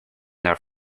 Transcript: their